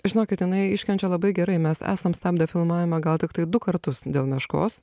žinokit jinai iškenčia labai gerai mes esam stabdę filmavimą gal tiktai du kartus dėl meškos